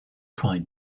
quite